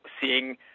seeing